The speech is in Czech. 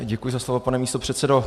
Děkuji za slovo, pane místopředsedo.